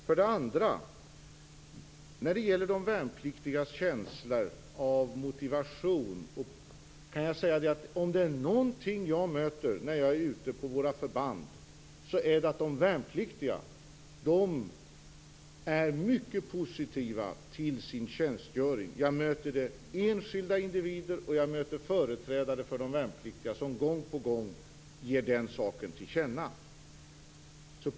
När det sedan gäller de värnpliktigas känslor av motivation kan jag säga så här: Om det är någonting jag möter ute på våra förband är det att de värnpliktiga är mycket positiva till sin tjänstgöring. Jag möter både enskilda individer och företrädare för de värnpliktiga som gång på gång ger den saken till känna.